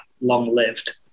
long-lived